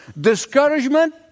Discouragement